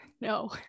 no